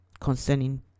concerning